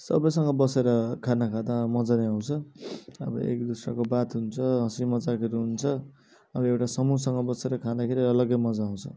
सबसँग बसेर खाना खाँदा मजा नि आउँछ अब एक दोसराको बात हुन्छ हँसी मजाकहरू हुन्छ अब एउटा समूहसँग बसेर खाँदाखेरि अलग्गै मजा आउँछ